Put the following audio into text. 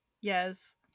yes